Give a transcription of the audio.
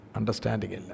Understanding